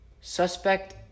suspect